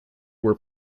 were